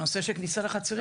הנושא של כניסה לחצרים.